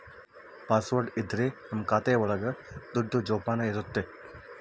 password ಇದ್ರೆ ನಮ್ ಖಾತೆ ಒಳಗ ದುಡ್ಡು ಜೋಪಾನ ಇರುತ್ತೆ